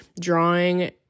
drawing